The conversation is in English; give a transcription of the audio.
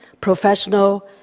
professional